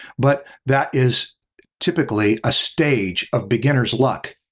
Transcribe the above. but that is typically a stage of beginner's luck,